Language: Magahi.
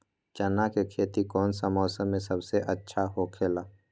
चाना के खेती कौन मौसम में सबसे अच्छा होखेला?